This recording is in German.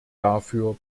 dafür